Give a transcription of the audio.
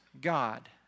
God